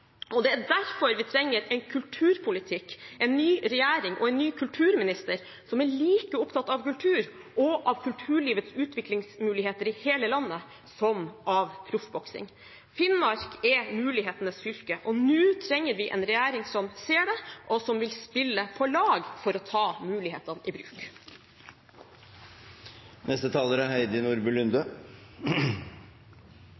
sponsorer. Det er derfor vi trenger en kulturpolitikk, en ny regjering og en ny kulturminister som er like opptatt av kultur og av kulturlivets utviklingsmuligheter i hele landet som av proffboksing. Finnmark er mulighetenes fylke, og nå trenger vi en regjering som ser det, og som vil spille på lag for å ta mulighetene i bruk.